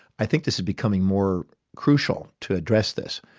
i think this is becoming more crucial to address this.